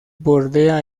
bordea